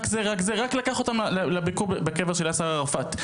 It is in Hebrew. רק לקח אותם לביקור בקרב של יאסר ערפאת.